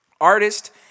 Artist